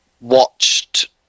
watched